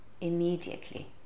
immediately